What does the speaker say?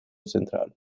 central